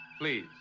Please